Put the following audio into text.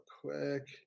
quick